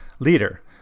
leader